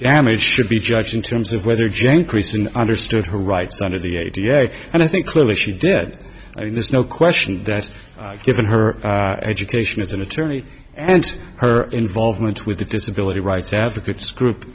damage should be judged in terms of whether jen crease and understood her rights under the da and i think clearly she did i mean this no question that's given her education as an attorney and her involvement with the disability rights advocates group